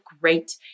great